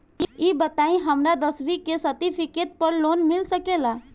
ई बताई हमरा दसवीं के सेर्टफिकेट पर लोन मिल सकेला?